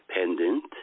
independent